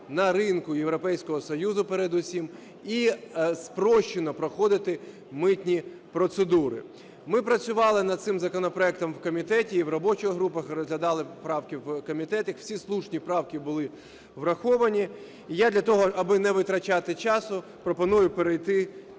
на ринку Європейського Союзу передусім і спрощено проходити митні процедури. Ми працювали над цим законопроектом в комітеті і в робочих групах, і розглядали правки в комітеті, всі слушні правки були враховані. І я для того, аби не витрачати часу, пропоную перейти